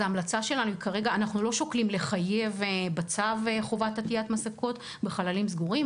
אנחנו לא שוקלים לחייב בצו חובת עטיית מסיכות בחללים סגורים,